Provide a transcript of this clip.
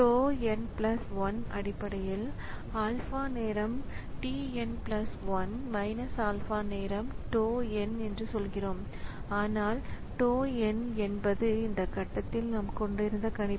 tau n 1 அடிப்படையில் alpha நேரம் t n 1 alpha நேரம் tau n என்று சொல்கிறோம் ஆனால் tau n என்பது இந்த கட்டத்தில் நாம் கொண்டிருந்த கணிப்பு